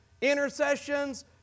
intercessions